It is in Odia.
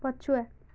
ପଛୁଆ